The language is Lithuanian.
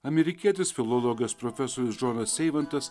amerikietis filologas profesorius džonas eivantas